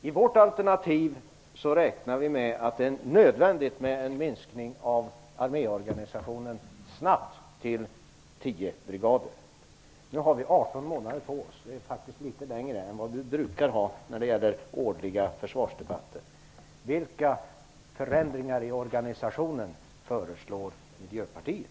I vårt alternativ räknar vi med att en snabb minskning av arméorganisationen till 10 brigader är nödvändigt. Nu har vi 18 månader på oss, och det är faktiskt litet mer än vi brukar ha när det gäller den årliga försvarsdebatten.